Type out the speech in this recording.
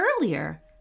earlier